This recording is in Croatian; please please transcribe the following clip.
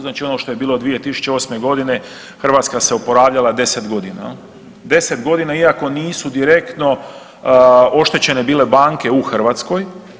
Znači ono što je bilo 2008. godine Hrvatska se oporavljala 10 godina iako nisu direktno oštećene bile banke u Hrvatskoj.